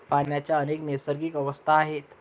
पाण्याच्या अनेक नैसर्गिक अवस्था आहेत